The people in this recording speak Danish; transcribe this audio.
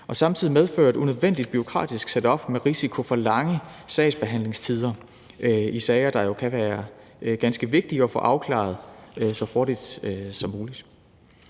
og samtidig medføre et unødvendigt bureaukratisk setup med risiko for lange sagsbehandlingstider i sager, der jo kan være ganske vigtige at få afklaret så hurtigt som muligt.